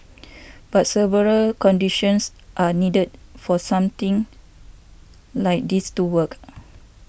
but several conditions are needed for something like this to work